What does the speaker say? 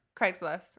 Craigslist